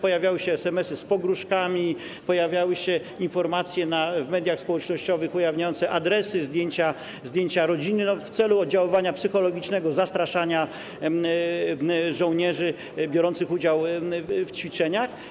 Pojawiały się SMS-y z pogróżkami, pojawiały się informacje w mediach społecznościowych ujawniające adresy, zdjęcia rodziny w celu oddziaływania psychologicznego, zastraszania żołnierzy biorących udział w ćwiczeniach.